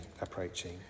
approaching